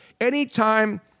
Anytime